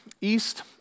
East